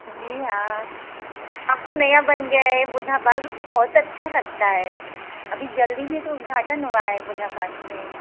जी हाँ अब तो नया बन गया है बुद्धा पार्क तो बहुत अच्छा लगता है अभी जल्दी में तो उद्घाटन हुआ है बुद्धा पार्क में